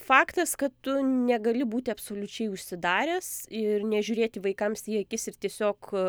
faktas kad tu negali būti absoliučiai užsidaręs ir nežiūrėti vaikams į akis ir tiesiog